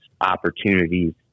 opportunities